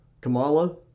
Kamala